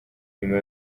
nyuma